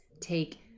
take